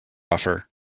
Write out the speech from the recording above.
offer